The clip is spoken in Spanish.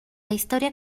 historia